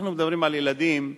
אנחנו מדברים על ילדים קטנים,